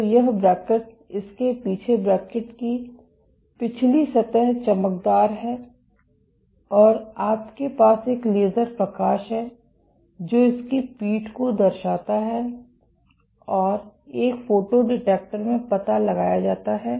तो यह ब्रैकट इसके पीछे ब्रैकट की पिछली सतह चमकदार है और आपके पास एक लेजर प्रकाश है जो इसकी पीठ को दर्शाता है और एक फोटो डिटेक्टर में पता लगाया जाता है